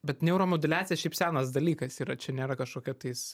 bet neuromoduliacija šiaip senas dalykas yra čia nėra kažkokia tais